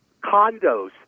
condos